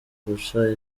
guca